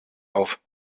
auf